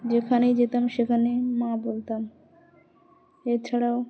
যেখানেই যেতাম সেখানেই মা বলতাম এছাড়াও